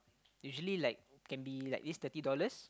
usually like can be like at least thirty dollars